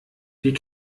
wir